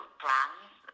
brands